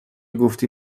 گفتی